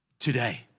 Today